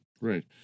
Right